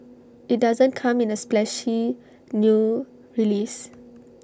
IT doesn't come in A splashy new release